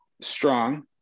Strong